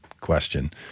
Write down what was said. question